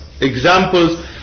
examples